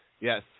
yes